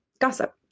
gossip